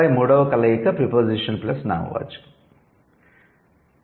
ఆపై మూడవ కలయిక ప్రిపోజిషన్ ప్లస్ నామవాచకం